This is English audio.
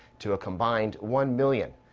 to a combined one-million.